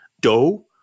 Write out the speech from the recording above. dough